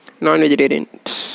non-vegetarians